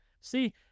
See